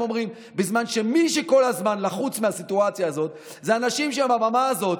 אומרים בזמן שמי שכל הזמן לחוץ מהסיטואציה הזאת הם האנשים שבבמה הזאת,